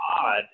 odd